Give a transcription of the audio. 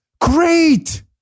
Great